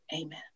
amen